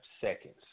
seconds